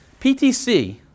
PTC